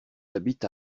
habite